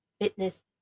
fitness